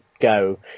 go